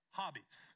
hobbies